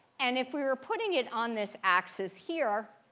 and if we were putting it on this axis here,